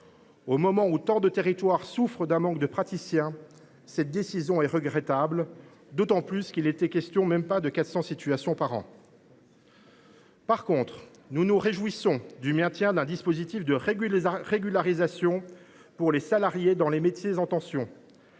Au moment où tant de territoires souffrent d’un manque de praticiens, cette décision est d’autant plus regrettable qu’il était question d’à peine 400 situations par an. En revanche, nous nous réjouissons du maintien d’un dispositif de régularisation pour les salariés dans les métiers en tension.